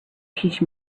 teach